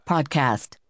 Podcast